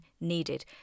needed